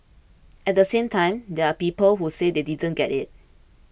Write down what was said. at the same time there are people who say they didn't get it